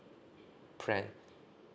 plan